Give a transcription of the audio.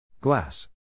Glass